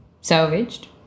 salvaged